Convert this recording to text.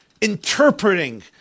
interpreting